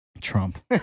Trump